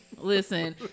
Listen